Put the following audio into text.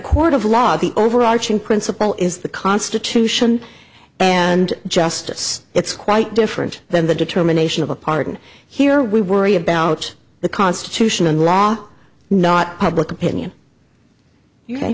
court of law the overarching principle is the constitution and justice it's quite different than the determination of a pardon here we worry about the constitution and law not public opinion you ha